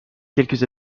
quelques